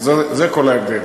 זה כל ההבדל.